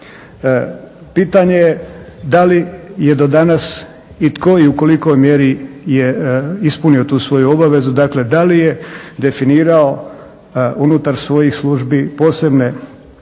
Pitanje je da li je do danas i tko i u kolikoj mjeri je ispunio tu svoju obavezu. Dakle, da li je definirao unutar svojih službi posebne